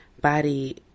body